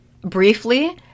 briefly